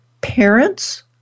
parents